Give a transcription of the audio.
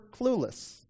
clueless